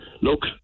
look